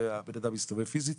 והבן אדם הסתובב פיזית,